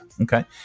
Okay